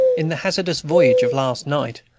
in the hazardous voyage of last night,